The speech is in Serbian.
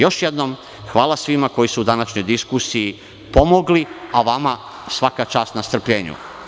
Još jednom, hvala svima koji su u današnjoj diskusiji pomogli, a vama svaka čast na strpljenju.